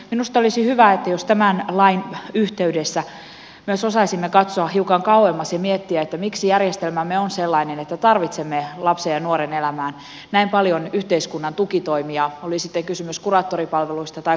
minusta olisi hyvä jos tämän lain yhteydessä myös osaisimme katsoa hiukan kauemmas ja miettiä miksi järjestelmämme on sellainen että tarvitsemme lapsen ja nuoren elämään näin paljon yhteiskunnan tukitoimia oli sitten kysymys kuraattoripalveluista tai kouluterveydenhuollosta